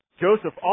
Joseph